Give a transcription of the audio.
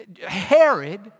Herod